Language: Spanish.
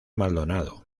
maldonado